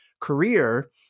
career